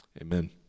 Amen